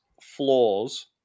flaws